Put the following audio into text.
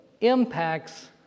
impacts